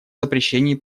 запрещении